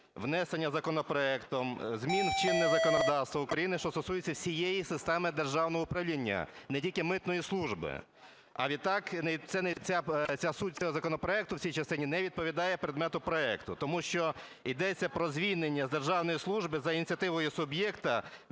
внесення законопроектом змін у чинне законодавство України, що стосується всієї системи державного управління, не тільки митної служби. А відтак ця суть цього законопроекту в цій частині не відповідає предмету проекту, тому що йдеться про звільнення з державної служби за ініціативою суб'єкта,